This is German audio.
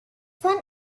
von